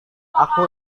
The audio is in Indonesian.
aku